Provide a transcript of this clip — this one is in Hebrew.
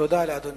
תודה לאדוני.